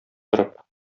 торып